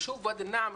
היישוב ואדי נעם,